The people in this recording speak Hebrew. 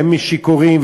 והם שיכורים,